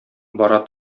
бара